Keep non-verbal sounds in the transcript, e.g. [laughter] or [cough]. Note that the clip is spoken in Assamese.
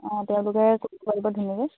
অঁ তেওঁলোকে [unintelligible]